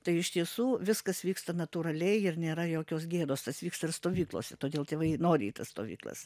tai iš tiesų viskas vyksta natūraliai ir nėra jokios gėdos tas vyksta ir stovyklose todėl tėvai nori į tas stovyklas